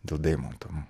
dėl deimanto